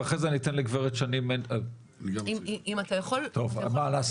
האם אתה יכול להתייחס